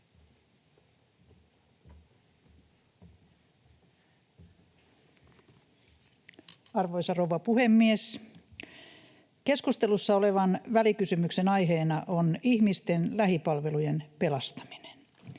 Arvoisa rouva puhemies! Keskustelussa olevan välikysymyksen aiheena on ihmisten lähipalvelujen pelastaminen.